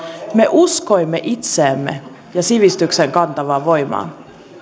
uskoimme itseemme ja sivistyksen kantavaan voimaan